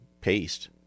paste